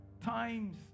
times